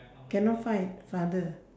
cannot fight father